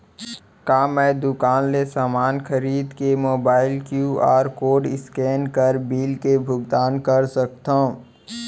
का मैं दुकान ले समान खरीद के मोबाइल क्यू.आर कोड स्कैन कर बिल के भुगतान कर सकथव?